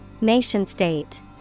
Nation-state